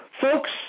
Folks